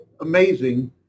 amazing